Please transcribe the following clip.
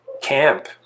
camp